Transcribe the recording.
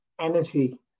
energy